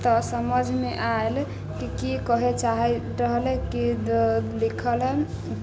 तऽ समझमे आयल की कहय चाहि रहलै की लिखल हइ